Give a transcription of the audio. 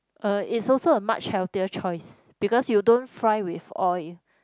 uh is also a much healthier choice because you don't fry with oil